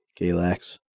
Galax